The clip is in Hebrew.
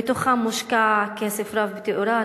ומתוכם מושקע כסף רב בתאורה,